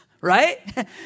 Right